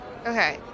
Okay